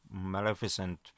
Maleficent